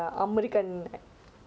what movie she act